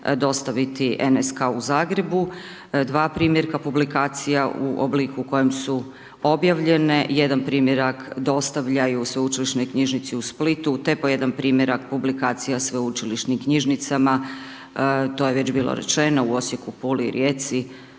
dostaviti NSK u Zagrebu, dva primjerka publikacija u obliku u kojem su objavljene, jedan primjerak dostavljaju Sveučilišnoj knjižnici u Splitu, te po jedan primjerak publikacija Sveučilišnim knjižnicama, to je već bilo rečeno u Osijeku, Puli i Rijeci,